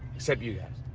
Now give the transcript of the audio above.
except you guys.